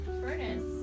Furnace